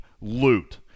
loot